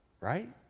Right